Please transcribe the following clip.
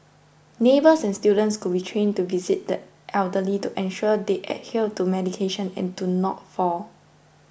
neighbours and students could be trained to visit the elderly to ensure they adhere to medication and do not fall